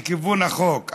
בכיוון החוק,